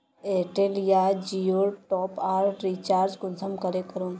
Airtel या जियोर top up recharge कुंसम करे करूम?